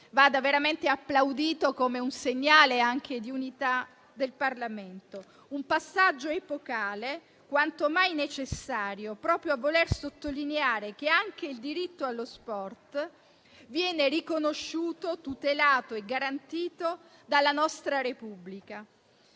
vada veramente applaudito come un segnale di unità del Parlamento: un passaggio epocale, quanto mai necessario, proprio a voler sottolineare che anche il diritto allo sport viene riconosciuto, tutelato e garantito dalla nostra Repubblica;